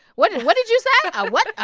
what did what did you say? i what?